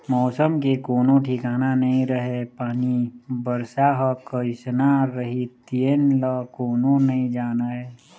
मउसम के कोनो ठिकाना नइ रहय पानी, बरसा ह कइसना रही तेन ल कोनो नइ जानय